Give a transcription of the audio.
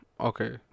Okay